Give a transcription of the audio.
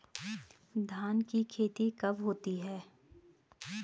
धान की खेती कब होती है?